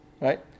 right